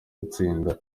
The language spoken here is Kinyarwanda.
gutsinda